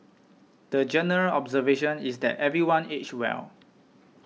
the general observation is that everyone aged well